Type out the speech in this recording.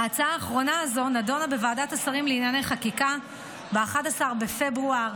ההצעה האחרונה הזו נדונה בוועדת השרים לענייני חקיקה ב-11 בפברואר